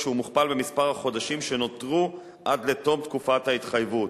כשהוא מוכפל במספר החודשים שנותרו עד לתום תקופת ההתחייבות.